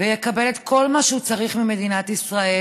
ויקבל את כל מה שהוא צריך ממדינת ישראל,